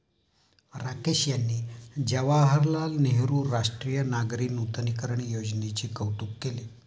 राकेश यांनी जवाहरलाल नेहरू राष्ट्रीय नागरी नूतनीकरण योजनेचे कौतुक केले